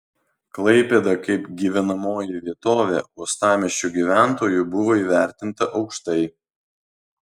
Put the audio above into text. klaipėda kaip gyvenamoji vietovė uostamiesčio gyventojų buvo įvertinta aukštai